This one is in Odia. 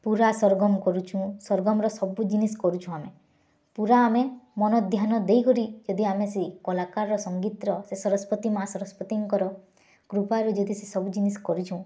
ପୁରା ସରଗମ୍ କରୁଚୁଁ ସରଗମ୍ର ସବୁ ଜିନିଷ୍ କରୁଚୁଁ ଆମେ ପୁରା ଆମେ ମନ ଧ୍ୟାନ ଦେଇକରି ଯଦି ଆମେ ସେଇ କଲାକାର୍ର ସଙ୍ଗୀତ୍ର ସେ ସରସ୍ୱତୀ ମା ସରସ୍ୱତୀଙ୍କର କୃପାରୁ ଯଦି ସେ ସବୁ ଜିନିଷ୍ କରୁଚୁଁ